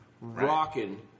Rocking